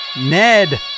Ned